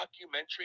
documentary